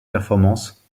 performance